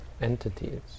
entities